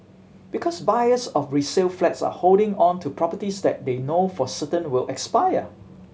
because buyers of resale flats are holding on to properties that they know for certain will expire